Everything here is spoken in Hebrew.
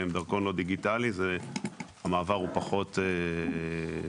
עם דרכון לא דיגיטלי; המעבר הוא פחות נוח.